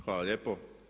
Hvala lijepo.